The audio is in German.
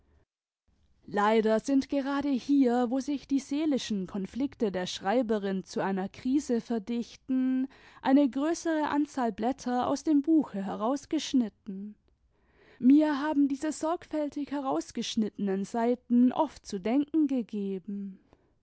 leider sind gerade hier wo sich die seelischen konflikte der schreiberin zu einer krise verdichten eine größere anzahl blätter aus dem buche herausgeschnitten mir haben diese sorgfältig herausgeschnittenen seiten oft zu denken gegeben